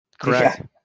Correct